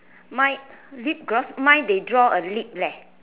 my lip gloss mine they draw a lip leh